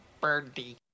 Birdie